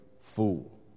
fool